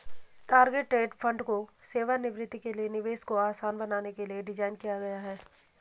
target date fund को सेवानिवृत्ति के लिए निवेश को आसान बनाने के लिए डिज़ाइन किया गया है